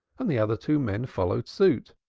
and the other two men followed suit.